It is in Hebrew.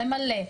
למלא,